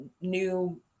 new